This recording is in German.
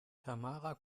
tamara